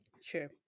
Sure